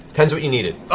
ten is what you needed.